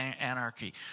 anarchy